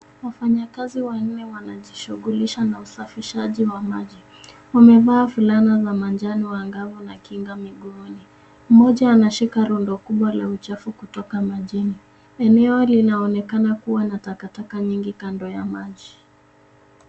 Wafanyakazi wanne wanajishughulisha na usafishaji wa maji, wamevaa fulana za manjano angavu na kinga miguuni. Mmoja anashika rundo kubwa la uchafu kutoka majini, eneo linaonekana kuwa na takataka nyingi kando ya maji.